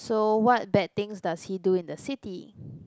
so what bad things does he do in the city